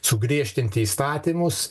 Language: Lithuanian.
sugriežtinti įstatymus